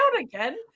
again